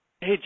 Hey